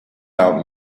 out